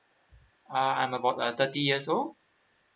uh I'm about uh thirty years old